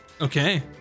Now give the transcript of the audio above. Okay